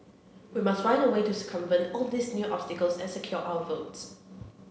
we must find a way to circumvent all these new obstacles and secure our votes